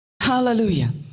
Hallelujah